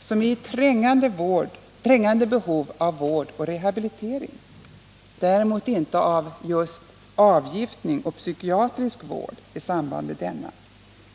som är i trängande behov av vård och rehabilitering — däremot inte av just ”avgiftning och psykiatrisk vård i samband med denna”,